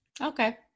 okay